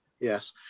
Yes